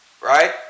Right